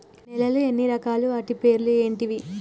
నేలలు ఎన్ని రకాలు? వాటి పేర్లు ఏంటివి?